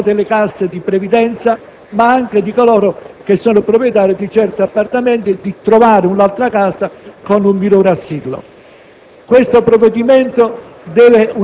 non soltanto degli enti o delle casse di previdenza ma anche di coloro i quali sono proprietari di 100 appartamenti di trovare un'altra casa con un minore assillo.